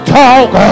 talk